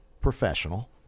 professional